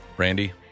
Randy